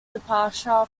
departure